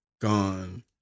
Gone